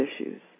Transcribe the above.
issues